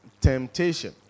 temptation